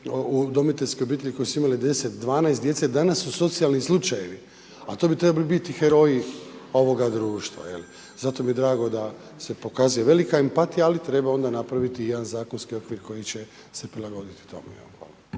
udomiteljske obitelji koji su imale 10, 12 djece, danas su socijalni slučajevi, a to bi trebali biti heroji ovoga društva. Zato mi je drago da se pokazuje velika empatija, ali treba onda napraviti jedan zakonski okvir koji će se prilagoditi tome.